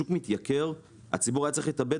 בשוק מתייקר הציבור היה צריך להתאבד,